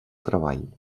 treball